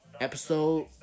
episode